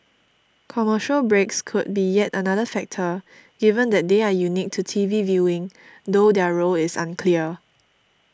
commercial breaks could be yet another factor given that they are unique to T V viewing though their role is unclear